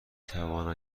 توانم